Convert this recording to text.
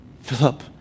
Philip